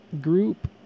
group